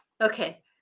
okay